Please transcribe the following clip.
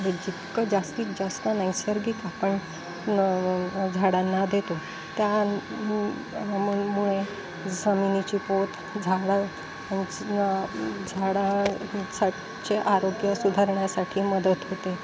जितकं जास्तीत जास्त नैसर्गिक आपण न झाडांना देतो त्या मु मु मुळे जमिनीची पोत झाडं झाड साऱ्याचे आरोग्य सुधारण्यासाठी मदत होते